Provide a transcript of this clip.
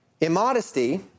Immodesty